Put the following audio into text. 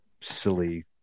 silly